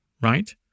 right